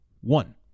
One